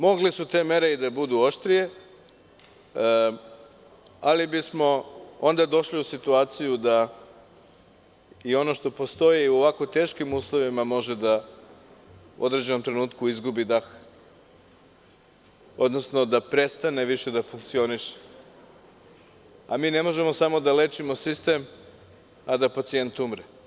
Mogle su te mere da budu i oštrije, ali bismo onda došli u situaciju da i ono što postoji u ovako teškim uslovima može da u određenom trenutku izgubi dah, odnosno da prestane više da funkcioniše, a mi ne možemo samo da lečimo sistem a da pacijent umre.